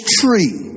tree